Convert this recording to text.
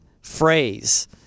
phrase